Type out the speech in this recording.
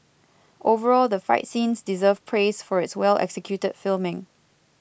overall the fight scenes deserve praise for its well executed filming